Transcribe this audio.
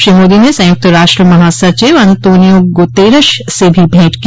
श्री मोदी ने संयुक्त राष्ट्र महासचिव अंतोनियो गुतेरश से भी भेंट की